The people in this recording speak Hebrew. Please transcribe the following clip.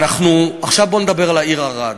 אנחנו, עכשיו בואו נדבר על העיר ערד,